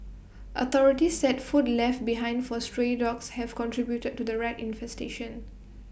authorities said food left behind for stray dogs have contributed to the rat infestation